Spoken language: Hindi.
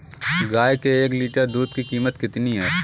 गाय के एक लीटर दूध की कीमत कितनी है?